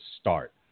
start